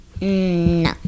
No